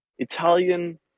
italian